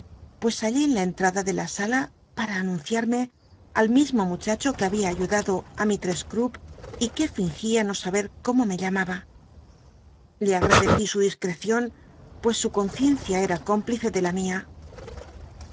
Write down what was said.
pues hallé en la enllatla de la sala pam anunciarme al mismo muchacho que babia ayudado ti mistrcss cupp y que fingía no saber cómo ecion pues su adcci su disc me llamaba le ag conciencia era cómplice de la mia